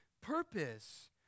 purpose